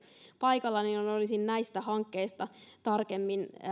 paikalla niin olisin näistä hankkeista tarkemmin